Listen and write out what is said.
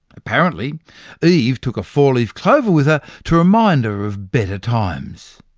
apparently eve took a four-leaf clover with her to remind her of better times.